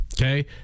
Okay